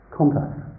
contact